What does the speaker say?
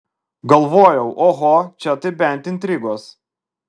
galvojau oho čia tai bent intrigos